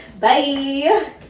bye